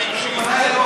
כהודעה אישית.